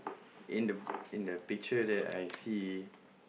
in the in the picture that I see